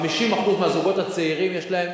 50% מהזוגות הצעירים יש להם